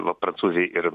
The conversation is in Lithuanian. va prancūzija ir